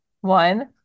One